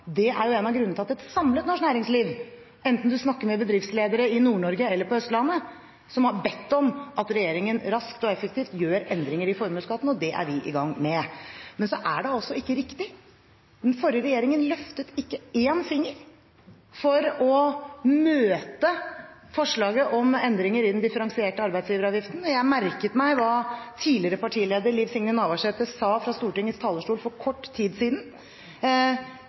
Det er en av grunnene til at et samlet norsk næringsliv – enten man snakker med bedriftsledere i Nord-Norge eller på Østlandet – har bedt om at regjeringen raskt og effektivt gjør endringer i formuesskatten. Det er vi i gang med. Men det er altså ikke riktig – den forrige regjeringen løftet ikke én finger for å møte forslaget om endringer i den differensierte arbeidsgiveravgiften. Jeg merket meg hva Senterpartiets tidligere partileder Liv Signe Navarsete sa fra Stortingets talerstol for kort tid siden.